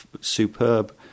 superb